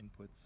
inputs